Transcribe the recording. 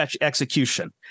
execution